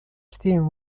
steam